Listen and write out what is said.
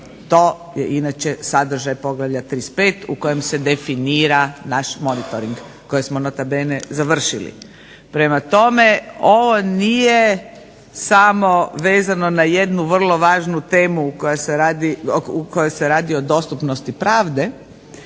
To je inače sadržaj Poglavlja 35. u kojem se definira naš monitoring koji smo nota bene završili. Prema tome ovo nije samo vezano na jednu vrlo važnu temu u kojoj se radi o dostupnosti pravde